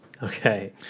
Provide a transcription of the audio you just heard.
Okay